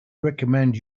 recommend